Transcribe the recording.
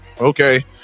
Okay